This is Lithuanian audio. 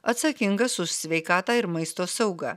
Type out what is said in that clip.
atsakingas už sveikatą ir maisto saugą